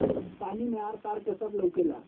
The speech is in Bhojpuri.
पानी मे आर पार के सब लउकेला